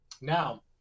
Now